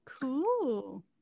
Cool